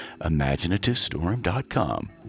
imaginativestorm.com